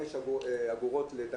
אל"ף,